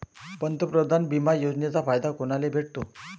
पंतप्रधान बिमा योजनेचा फायदा कुनाले भेटतो?